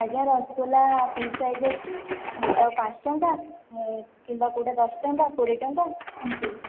ଆଜ୍ଞା rasgulla piece size ଅଛି ଗୋଟାକୁ ପାଞ୍ଚ ଟଙ୍କା କିମ୍ବା କେଉଁଟା ଦଶ ଟଙ୍କା କୋଡ଼ିଏ ଟଙ୍କା ଏମିତି